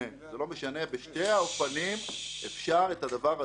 בשני האופנים אפשר לרפא את זה.